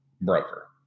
broker